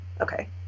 okay